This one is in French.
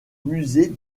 musées